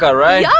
ah right?